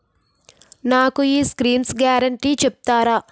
నాకు ఈ schemes guarantee చెప్తారా?